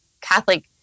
Catholic